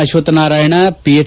Ashwathanarayana pH